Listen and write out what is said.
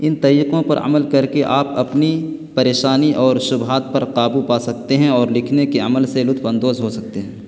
ان طریقوں پر علم کر کے آپ اپنی پریشانی اور شبہات پر قابو پا سکتے ہیں اور لکھنے کے عمل سے لطف اندوز ہو سکتے ہیں